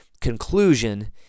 conclusion